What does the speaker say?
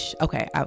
okay